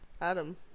Adam